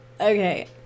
Okay